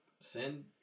send